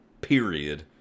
period